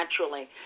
naturally